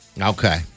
Okay